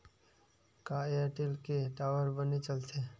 का एयरटेल के टावर बने चलथे?